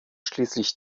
schließlich